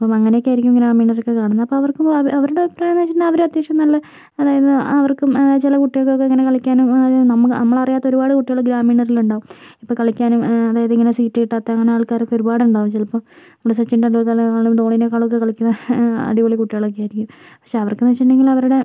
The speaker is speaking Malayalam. അപ്പം അങ്ങനെ ഒക്കെ ആയിരിക്കും ഗ്രാമീണര് ഒക്കെ കാണുന്നത് അപ്പം അവർക്ക് അഭിപ്രായമെന്ന് വെച്ചിട്ട് ഉണ്ടേൽ അവര് അത്യാവശ്യം നല്ല അതായത് അവർക്കും ചില കുട്ടികൾക്ക് ഒക്കെ ഇങ്ങനെ കളിക്കാനും നമ്മൾ അറിയാത്ത ഒരുപാട് കുട്ടികള് ഗ്രാമീണരില് ഉണ്ടാകും ഇപ്പം കളിക്കാനും അതായത് ഇങ്ങന സീറ്റ് കിട്ടാത്ത അങ്ങനെ ആൾക്കാര് ഒക്കെ ഒരുപാട് ഉണ്ടാകും ചിലപ്പ സച്ചിൻ ടെണ്ടുൽക്കറെക്കാളും ധോണീനെക്കാളും ഒക്കെ കളിക്കുന്ന അടിപൊളി കുട്ടികൾ ഒക്കെ ആയിരിക്കും പക്ഷെ അവർക്കെന്ന് വച്ചിട്ട് ഉണ്ടെങ്കിൽ അവരുടെ